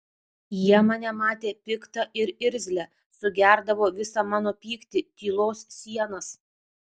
jie mane matė piktą ir irzlią sugerdavo visą mano pyktį tylos sienas